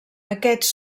aquests